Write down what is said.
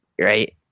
right